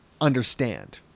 understand